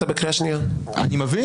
אני קורא אותך לסדר פעם ראשונה.